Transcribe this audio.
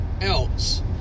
else